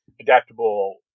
adaptable